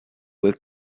will